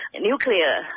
nuclear